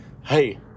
Hey